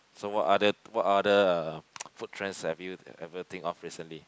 so what other what other uh food trends have you ever think of recently